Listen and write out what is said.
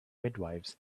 midwifes